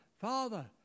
Father